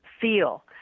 feel